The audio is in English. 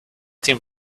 team